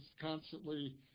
constantly